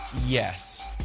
Yes